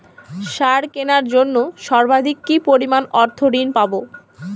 সার কেনার জন্য সর্বাধিক কি পরিমাণ অর্থ ঋণ পাব?